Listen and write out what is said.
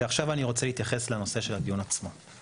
ועכשיו אני רוצה להתייחס לנושא של הדיון עצמו,